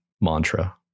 mantra